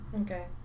Okay